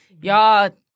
Y'all